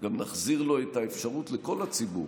גם נחזיר את האפשרות לכל הציבור